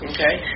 Okay